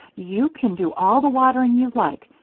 you can do all the watering you like,